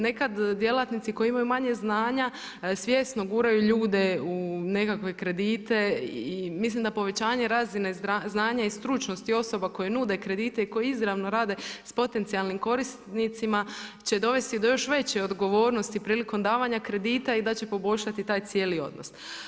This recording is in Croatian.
Nekada djelatnici koji imaju manje znanja svjesno guraju ljude u nekakve kredite i mislim da povećanje razine znanja i stručnosti osoba koje nude kredite i koji izravno rade sa potencijalnim korisnicima će dovesti do još veće odgovornosti prilikom davanja kredita i da će poboljšati taj cijeli odnos.